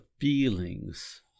feelings